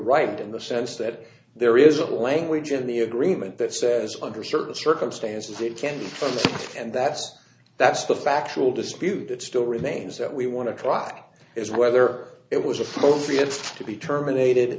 right in the sense that there is a language of the agreement that says under certain circumstances it can and that's that's the factual dispute that still remains that we want to try is whether it was appropriate to be terminated